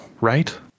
right